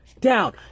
down